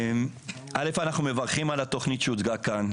א' אנחנו מברכים על התכונית שהוצגה כאן.